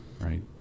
right